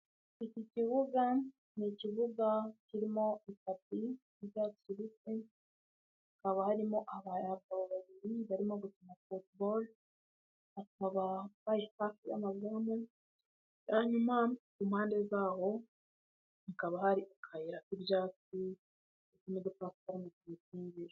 Iki kibuga ni ikibuga kirimo itapi y'icyatsi kibisi, hakaba harimo abagabo babiri barimo gukina football, bakaba bari hafi y'amazamu, hanyuma ku mpande zaho hakaba hari akayira karimo ibyatsi n'udupasikaramu imbere.